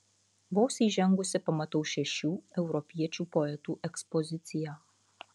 vos įžengusi pamatau šešių europiečių poetų ekspoziciją